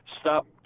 stop